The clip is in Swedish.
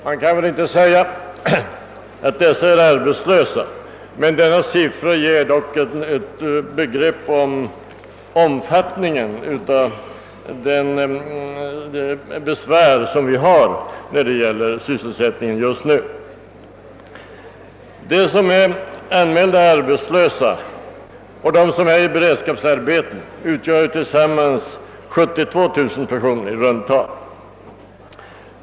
Man kan väl inte hävda att alla dessa är arbetslösa, men siffrorna ger dock ett begrepp om omfattningen av de besvär som vi har med sysselsättningen just nu. De som är anmälda som arbetslösa och de som sysselsätts i beredskapsarbeten utgör tillsammans omkring 82 000 personer.